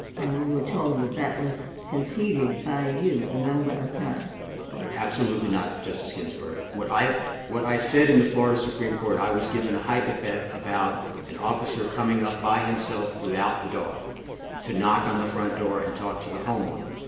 and we were told that that was conceded by you a number of times. blumberg absolutely not, justice ginsburg. what i what i said in the florida supreme court, i was given a hypothet about an officer coming up by himself without the dog to knock on the front door and talk to the homeowner.